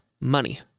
money